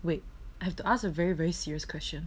wait I have to ask very very serious question